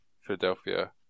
Philadelphia